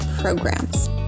programs